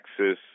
Texas